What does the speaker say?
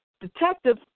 detectives